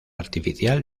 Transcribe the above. artificial